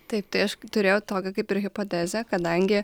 taip tai aš turėjau tokią kaip ir hipotezę kadangi